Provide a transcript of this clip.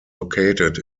located